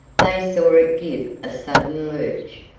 they saw it give a sudden lurch,